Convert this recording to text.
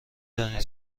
دانی